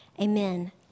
Amen